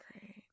great